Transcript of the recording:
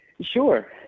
Sure